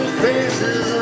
faces